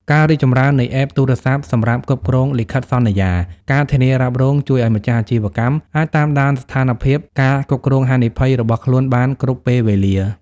ការរីកចម្រើននៃ App ទូរស័ព្ទសម្រាប់គ្រប់គ្រងលិខិតសន្យា ការធានារ៉ាប់រង ជួយឱ្យម្ចាស់អាជីវកម្មអាចតាមដានស្ថានភាព ការគ្រប់គ្រងហានិភ័យ របស់ខ្លួនបានគ្រប់ពេលវេលា។